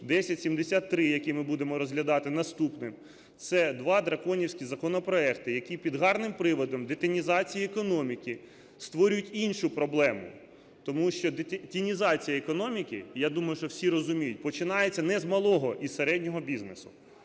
1073, який ми будемо розглядати наступним. Це 2 "драконівські" законопроекти, які під гарним приводом детінізації економіки створюють іншу проблему, тому що тінізації, і я думаю, що всі розуміють, починається не з малого і середнього бізнесу,